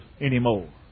anymore